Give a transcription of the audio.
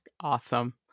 Awesome